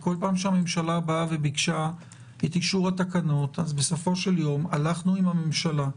כל פעם שהממשלה ביקשה את אישור התקנות בסופו של יום הלכנו עם הממשלה.